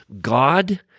God